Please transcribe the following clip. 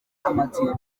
amatsiko